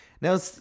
Now